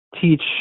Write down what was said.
teach